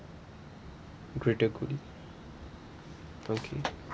greater good okay